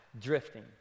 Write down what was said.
drifting